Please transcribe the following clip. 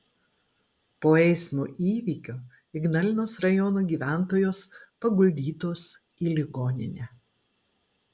po eismo įvykio ignalinos rajono gyventojos paguldytos į ligoninę